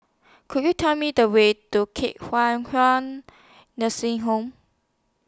Could YOU Tell Me The Way to Hua Kwan Nursing Home